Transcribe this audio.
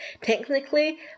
technically